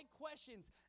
questions